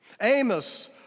Amos